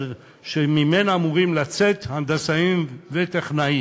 שמהן אמורים לצאת הנדסאים וטכנאים,